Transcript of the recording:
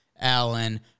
Allen